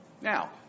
Now